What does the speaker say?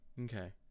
Okay